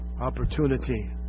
opportunity